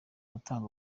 gutanga